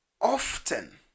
often